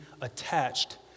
attached